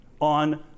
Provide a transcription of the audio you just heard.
on